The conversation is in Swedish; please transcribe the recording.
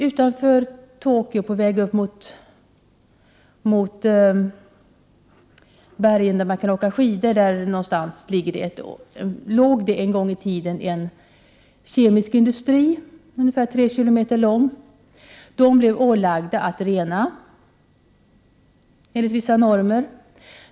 Utanför Tokyo på vägen mot de berg där man kan åka skidor låg en gång i tiden en kemisk industri, ungefär tre kilometer lång. Den blev ålagd att rena enligt vissa normer.